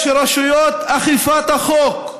יש רשויות אכיפת החוק,